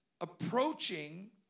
approaching